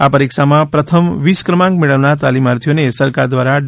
આ પરીક્ષામાં પ્રથમ વીસ ક્રમાંક મેળવનાર તાલીમાર્થીઓને સરકાર દ્વારા ડી